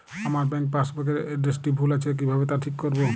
আমার bank passbook এর এড্রেসটি ভুল আছে কিভাবে তা ঠিক করবো?